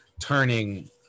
turning